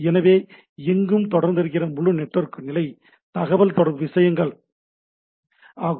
எனவே இது எங்கும் நிறைந்திருக்கும் முழு நெட்வொர்க் நிலை தகவல்தொடர்பு விஷயங்கள் ஆகும்